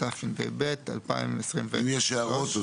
אם יש הערות,